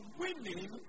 winning